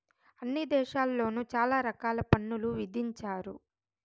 అన్ని దేశాల్లోను చాలా రకాల పన్నులు విధించారు